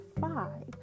five